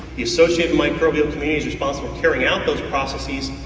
the associate microbial communities responsible carrying out those processes,